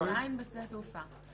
עדיין בשדה התעופה.